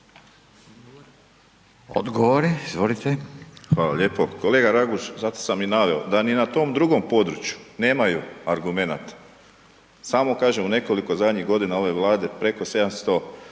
Josip (HDZ)** Hvala lijepo. Kolega Raguž, zato sam i naveo, da niti na tom drugom području nemaju argumenata, samo kažem u nekoliko zadnjih godina ove Vlade preko 700